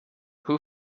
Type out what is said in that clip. who